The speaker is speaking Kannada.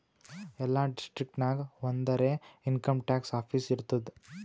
ಎಲ್ಲಾ ಡಿಸ್ಟ್ರಿಕ್ಟ್ ನಾಗ್ ಒಂದರೆ ಇನ್ಕಮ್ ಟ್ಯಾಕ್ಸ್ ಆಫೀಸ್ ಇರ್ತುದ್